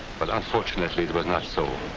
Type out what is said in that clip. but unfortunately, it was not so.